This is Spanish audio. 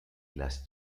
las